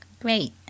Great